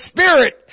Spirit